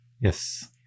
Yes